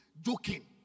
joking